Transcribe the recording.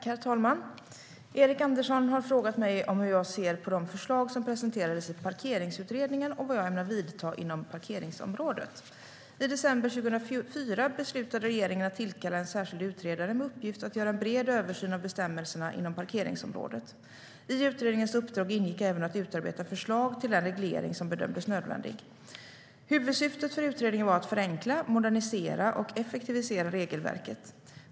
Herr talman! Erik Andersson har frågat mig hur jag ser på de förslag som presenterades i Parkeringsutredningen och vad jag ämnar göra inom parkeringsområdet. I december 2004 beslutade regeringen att tillkalla en särskild utredare med uppgift att göra en bred översyn av bestämmelserna inom parkeringsområdet. I utredningens uppdrag ingick även att utarbeta förslag till den reglering som bedömdes nödvändig. Huvudsyftet för utredningen var att förenkla, modernisera och effektivisera regelverket.